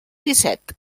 disset